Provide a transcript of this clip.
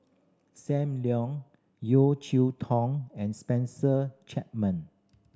Sam Leong Yeo Cheow Tong and Spencer Chapman